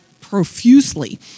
profusely